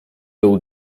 był